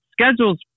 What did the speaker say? schedule's